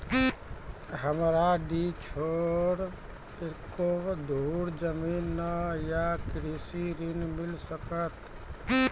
हमरा डीह छोर एको धुर जमीन न या कृषि ऋण मिल सकत?